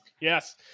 Yes